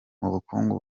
bukungu